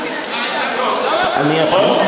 אני יכול?